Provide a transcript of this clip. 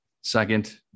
second